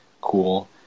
cool